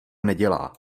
nedělá